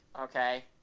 okay